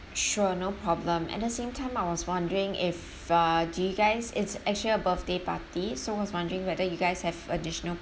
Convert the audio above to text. sure no problem at the same time I was wondering if uh do you guys it's actually a birthday party so I was wondering whether you guys have additional